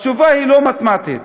התשובה היא לא מתמטית,